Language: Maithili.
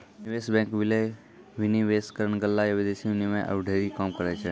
निवेश बैंक, विलय, विनिवेशकरण, गल्ला या विदेशी विनिमय आरु ढेरी काम करै छै